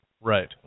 Right